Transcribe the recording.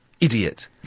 Idiot